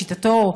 לשיטתו,